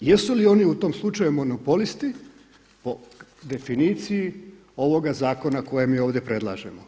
Jesu li oni u tom slučaju monopoliti po definiciji ovoga zakona kojeg mi ovdje predlažemo?